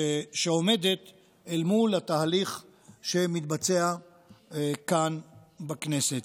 שעומדת אל מול התהליך שמתבצע כאן בכנסת.